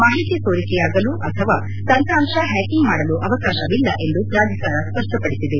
ಮಾಹಿತಿ ಸೋರಿಕೆಯಾಗಲು ಅಥವಾ ತಂತ್ರಾಂಶ ಹ್ಚಾಕಿಂಗ್ ಮಾಡಲು ಅವಕಾಶವಿಲ್ಲ ಎಂದು ಪ್ರಾಧಿಕಾರ ಸ್ವಪ್ಪಡಿಸಿದೆ